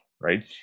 right